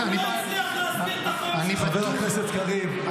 הוא לא הצליח להסביר את החוק --- חבר הכנסת קריב,